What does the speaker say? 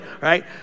right